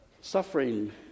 Suffering